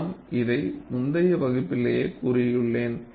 நான் இதை முந்தைய வகுப்பிலேயே கூறியுள்ளேன்